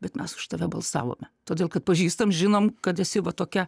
bet mes už tave balsavome todėl kad pažįstam žinom kad esi va tokia